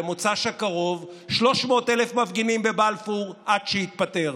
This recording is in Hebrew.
במוצ"ש הקרוב 300,000 מפגינים בבלפור, עד שיתפטר.